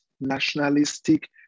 nationalistic